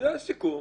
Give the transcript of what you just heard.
זה הסיכום.